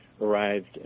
arrived